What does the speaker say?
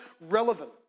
relevant